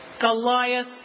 Goliath